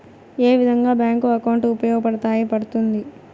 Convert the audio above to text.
ఏ విధంగా bank account ఉపయోగపడతాయి పడ్తుంది